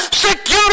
security